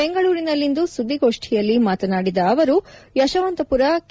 ಬೆಂಗಳೂರಿನಲ್ಲಿಂದು ಸುದ್ದಿಗೋಷ್ಠಿಯಲ್ಲಿ ಮಾತನಾಡಿದ ಅವರು ಯಶವಂತಪುರ ಕೆ